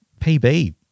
PB